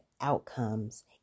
outcomes